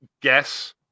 guess